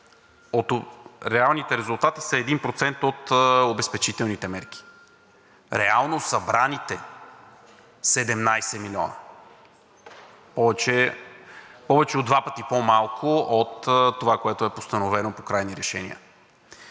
1%. Реалните резултати са 1% от обезпечителните мерки; – реално събраните – 17 милиона, повече от два пъти по-малко от това, което е постановено по крайни решения.